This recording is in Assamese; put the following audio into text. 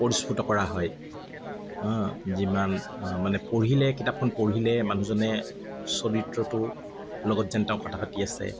পৰিস্ফুট কৰা হয় যিমান মানে পঢ়িলে কিতাপখন পঢ়িলে মানুহজনে চৰিত্ৰটোৰ লগত যেন তেওঁ কথা পাতি আছে